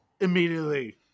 immediately